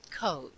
code